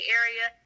area